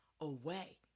away